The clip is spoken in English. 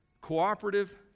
cooperative